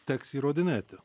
teks įrodinėti